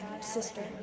sister